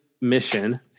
mission